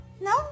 No